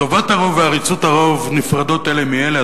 טובת הרוב ועריצות הרוב נפרדות אלה מאלה,